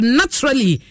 naturally